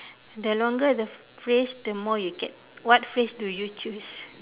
the longer the phrase the more you get what phrase do you choose